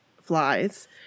flies